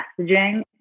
messaging